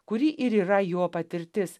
kuri ir yra jo patirtis